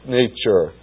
nature